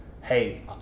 hey